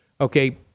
okay